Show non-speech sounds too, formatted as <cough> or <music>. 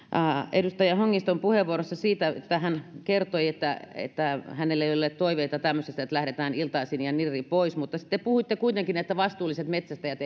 edustaja hongiston puheenvuorossa siitä että hän kertoi että että hänellä ei ole toiveita tämmöisestä että lähdetään iltaisin ja nirri pois mutta te puhuitte kuitenkin että vastuulliset metsästäjät <unintelligible>